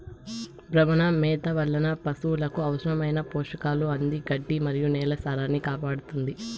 భ్రమణ మేత వలన పసులకు అవసరమైన పోషకాలు అంది గడ్డి మరియు నేల సారాన్నికాపాడుతుంది